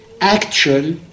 actual